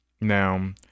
Now